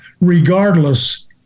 regardless